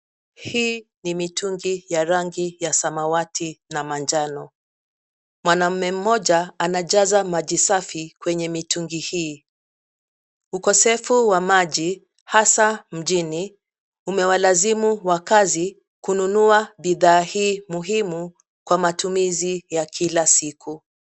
Hii ni mitungi ya rangi ya samawati na manjano. Mwanaume mmoja anajaza maji safi kwenye mitungi hii. Ukosefu wa maji hasa mjini, umewalazimu wakazi kununua bidha hii muhimu kwa matumizi ya kila siku.